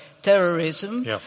terrorism